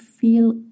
feel